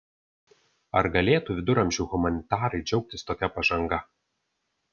ar galėtų viduramžių humanitarai džiaugtis tokia pažanga